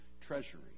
treasury